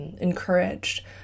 encouraged